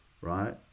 Right